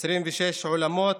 26 עולמות,